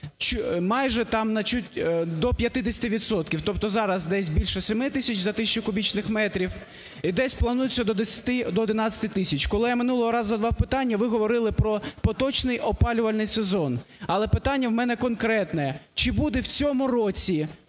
майже до 50 відсотків, тобто зараз десь більше 7 тисяч за тисячу кубічних метрів, і десь планується до 10, до 11 тисяч. Коли я минулого разу задавав питання, ви говорили про поточний опалювальний сезон. Але питання в мене конкретне. Чи буде в цьому році,